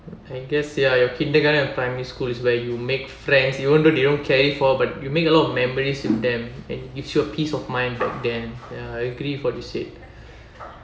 I guess ya your kindergarten and primary school is where you make friends even though they don't carry forward but you make a lot of memories with them and it gives you peace of mind back then ya agree with what you said